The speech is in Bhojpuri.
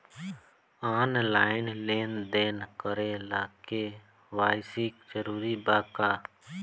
आनलाइन लेन देन करे ला के.वाइ.सी जरूरी बा का?